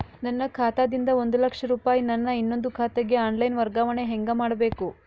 ನನ್ನ ಖಾತಾ ದಿಂದ ಒಂದ ಲಕ್ಷ ರೂಪಾಯಿ ನನ್ನ ಇನ್ನೊಂದು ಖಾತೆಗೆ ಆನ್ ಲೈನ್ ವರ್ಗಾವಣೆ ಹೆಂಗ ಮಾಡಬೇಕು?